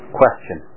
question